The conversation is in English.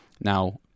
Now